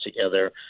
together